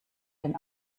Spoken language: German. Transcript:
den